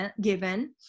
given